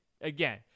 again